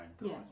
Yes